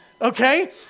Okay